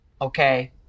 Okay